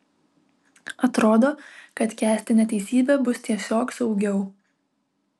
atrodo kad kęsti neteisybę bus tiesiog saugiau